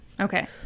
Okay